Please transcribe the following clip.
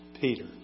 Peter